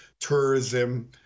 tourism